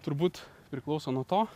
turbūt priklauso nuo to